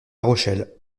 rochelle